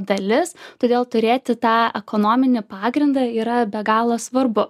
dalis todėl turėti tą ekonominį pagrindą yra be galo svarbu